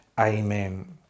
amen